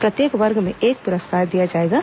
प्रत्येक वर्ग में एक पुरस्कार दिए जाएंगे